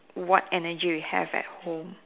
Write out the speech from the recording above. what energy we have at home